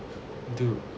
dude